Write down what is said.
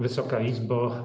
Wysoka Izbo!